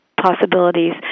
possibilities